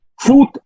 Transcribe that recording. food